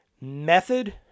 method